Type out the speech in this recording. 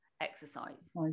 exercise